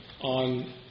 on